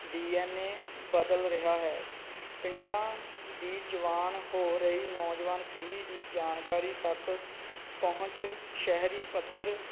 D N A ਬਦਲ ਰਿਹਾ ਹੈ ਪਿੰਡਾਂ ਦੀ ਜਵਾਨ ਹੋ ਰਹੀ ਨੌਜਵਾਨ ਪੀੜ੍ਹੀ ਦੀ ਜਾਣਕਾਰੀ ਤੱਕ ਪਹੁੰਚ ਸ਼ਹਿਰੀ ਪੱਧਰ